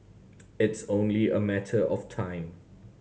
it's only a matter of time